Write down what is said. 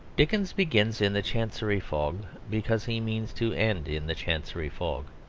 dickens begins in the chancery fog because he means to end in the chancery fog.